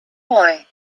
boy